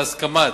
בהסכמת